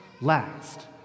last